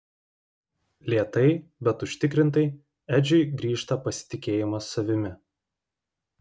lėtai bet užtikrintai edžiui grįžta pasitikėjimas savimi